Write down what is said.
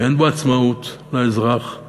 ואין בו עצמאות לאזרח,